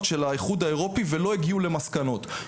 של האיחוד האירופי ולא הגיעו למסקנות.